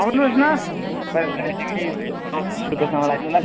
आउनुहोस् न तपाईँलाई चौबिस रुपियाँसम्म लाइदिउँला न